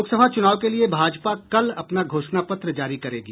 लोकसभा चुनाव के लिए भाजपा कल अपना घोषणा पत्र जारी करेगी